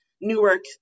Newark